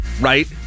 Right